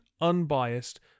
unbiased